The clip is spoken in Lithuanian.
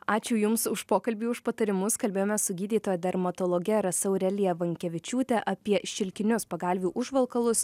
ačiū jums už pokalbį už patarimus kalbėjomės su gydytoja dermatologe rasa aurelija vankevičiūtė apie šilkinius pagalvių užvalkalus